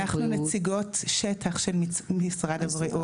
אנחנו נציגות שטח של משרד הבריאות.